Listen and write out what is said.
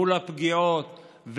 מול הפגיעות,